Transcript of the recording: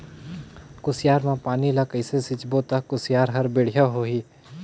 कुसियार मा पानी ला कइसे सिंचबो ता कुसियार हर बेडिया होही?